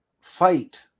fight